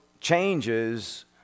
changes